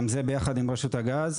גם זה ביחד עם רשות הגז,